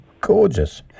gorgeous